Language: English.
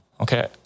okay